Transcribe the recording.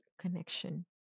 connection